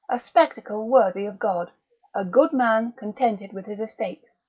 a spectacle worthy of god a good man contented with his estate.